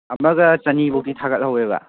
ꯑꯃꯒ ꯆꯅꯤꯐꯥꯎꯗꯤ ꯊꯥꯒꯠꯍꯧꯋꯦꯕ